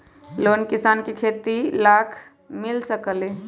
Loan किसान के खेती लाख मिल सकील?